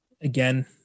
again